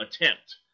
attempt